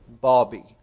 Bobby